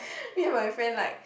me and my friends like